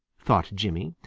thought jimmy.